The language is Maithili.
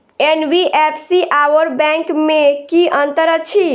एन.बी.एफ.सी आओर बैंक मे की अंतर अछि?